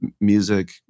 music